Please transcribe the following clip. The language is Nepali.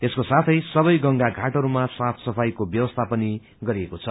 यसको साथै सबै गंगा घाटहरूमा साफ सफाईको व्यवस्था पनि गरिएको छ